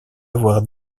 avoir